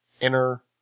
inner